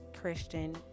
Christian